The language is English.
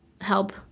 help